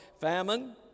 Famine